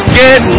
get